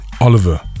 Oliver